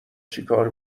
چیکار